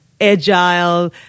agile